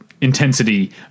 intensity